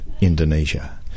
Indonesia